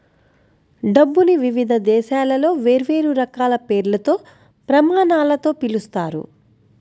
డబ్బుని వివిధ దేశాలలో వేర్వేరు రకాల పేర్లతో, ప్రమాణాలతో పిలుస్తారు